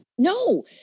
No